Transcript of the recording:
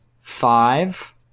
five